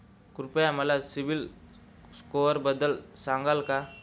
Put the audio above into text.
कृपया मला सीबील स्कोअरबद्दल सांगाल का?